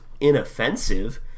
inoffensive